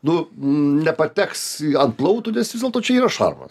nu nepateks ant plautų nes vis dėlto čia yra šarmas